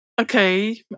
okay